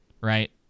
right